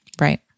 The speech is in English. right